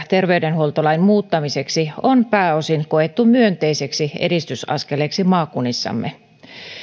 terveydenhuoltolain muuttamiseksi on koettu pääosin myönteiseksi edistysaskeleeksi maakunnissamme